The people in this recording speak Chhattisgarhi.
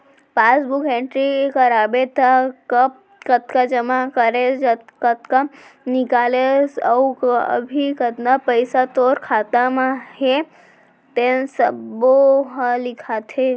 पासबूक एंटरी कराबे त कब कतका जमा करेस, कतका निकालेस अउ अभी कतना पइसा तोर खाता म हे तेन सब्बो ह लिखाथे